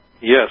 Yes